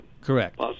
Correct